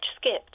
skipped